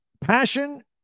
Passion